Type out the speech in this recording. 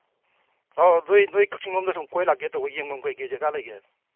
ꯑꯥ ꯅꯣꯏ ꯅꯣꯏ ꯀꯛꯆꯤꯡꯂꯣꯝꯗ ꯁꯨꯝ ꯀꯣꯏ ꯂꯥꯛꯀꯦ ꯇꯧꯕ ꯌꯦꯡꯕꯝ ꯀꯩꯀꯩ ꯖꯒꯥ ꯂꯩꯒꯦ